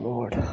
Lord